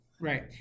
Right